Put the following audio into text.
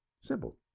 Simple